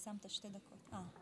אני